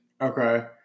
Okay